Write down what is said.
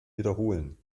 wiederholen